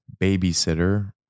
babysitter